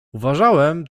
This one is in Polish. uważałem